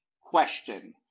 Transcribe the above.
question